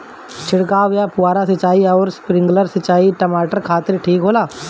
छिड़काव या फुहारा सिंचाई आउर स्प्रिंकलर सिंचाई टमाटर खातिर ठीक होला?